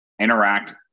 interact